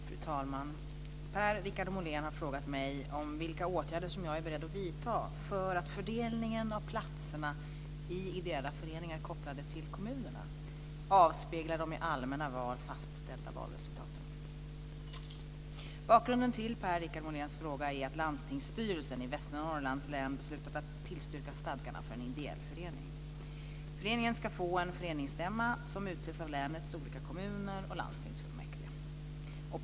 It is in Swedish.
Fru talman! Per-Richard Molén har frågat mig om vilka åtgärder jag är beredd att vidta för att fördelningen av platserna i ideella föreningar kopplade till kommunerna avspeglar de i allmänna val fastställda valresultaten. Bakgrunden till Per-Richard Moléns fråga är att Landstingsstyrelsen i Västernorrlands län beslutat att tillstyrka stadgarna för en ideell förening. Föreningen ska få en föreningsstämma som utses av länets olika kommuner och landstingsfullmäktige.